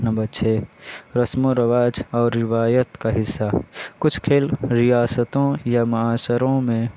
number چھ رسم و رواج اور روایت کا حصہ کچھ کھیل ریاستوں یا معاشروں میں